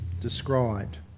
described